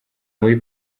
muri